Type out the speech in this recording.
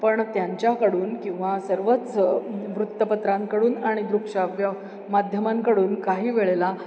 पण त्यांच्याकडून किंवा सर्वच वृत्तपत्रांकडून आणि दृकश्राव्य माध्यमांकडून काही वेळेला